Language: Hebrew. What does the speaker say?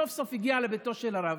סוף-סוף הגיע לביתו של הרב.